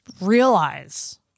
realize